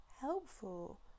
helpful